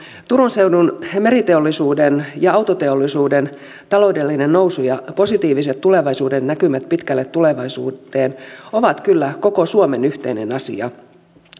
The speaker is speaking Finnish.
turun seudun meriteollisuuden ja autoteollisuuden taloudellinen nousu ja positiiviset tulevaisuudennäkymät pitkälle tulevaisuuteen ovat kyllä koko suomen yhteinen asia